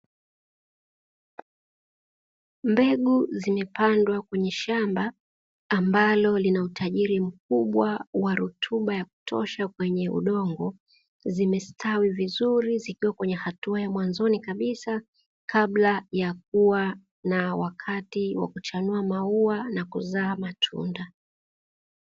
Mbegu zimepandwa kwenye shamba ambalo lina utajiri mkubwa wa rutuba ya kutosha kwenye udongo, zimestawi vizuri zikiwa kwenye hatua ya mwanzoni kabisa, kabla ya kuwa na wakati wa kuchanua maua na kuzaa matunda.